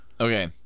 Okay